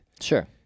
Sure